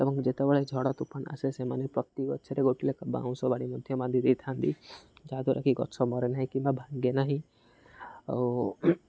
ଏବଂ ଯେତେବେଳେ ଝଡ଼ ତୁଫାନ ଆସେ ସେମାନେ ପ୍ରତି ଗଛରେ ଗୋଟେ ଲାଖେଁ ବାଉଁଶ ବାଡ଼ି ମଧ୍ୟ ବାନ୍ଧି ଦେଇଥାନ୍ତି ଯାହାଦ୍ୱାରା କିି ଗଛ ମରେ ନାହିଁ କିମ୍ବା ଭାଙ୍ଗେ ନାହିଁ ଆଉ